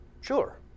Sure